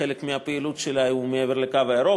חלק מהפעילות שלה הוא מעבר לקו הירוק,